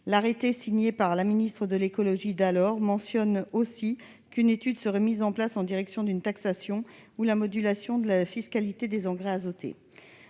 L'arrêté, signé par la ministre de l'environnement d'alors, prévoyait aussi qu'une étude serait mise en place en vue d'une taxation ou de la modulation de la fiscalité des engrais azotés.